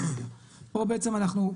פה בעצם אנחנו,